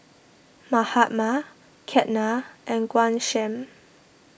Mahatma Ketna and Ghanshyam